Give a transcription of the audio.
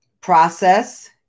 process